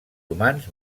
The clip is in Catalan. humans